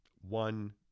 One